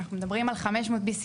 אנחנו מדברים על BCM500,